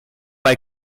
bei